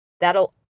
that'll